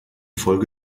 folge